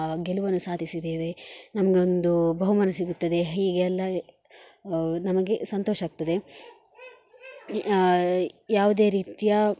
ಗೆಲುವನ್ನು ಸಾಧಿಸಿದ್ದೇವೆ ನಮಗೊಂದು ಬಹುಮಾನ ಸಿಗುತ್ತದೆ ಹೀಗೆ ಎಲ್ಲ ನಮಗೆ ಸಂತೋಷವಾಗ್ತದೆ ಯಾವುದೇ ರೀತಿಯ